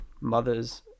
Mothers